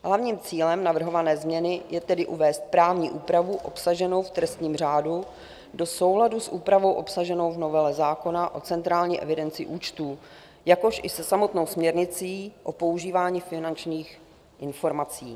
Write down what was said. Hlavním cílem navrhované změny je tedy uvést právní úpravu obsaženou v trestním řádu do souladu s úpravou obsaženou v novele zákona o centrální evidenci účtů, jakož i se samotnou směrnicí o používání finančních informací.